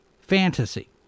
fantasy